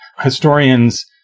historians